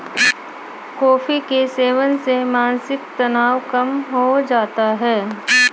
coffee के सेवन से मानसिक तनाव कम हो जाता है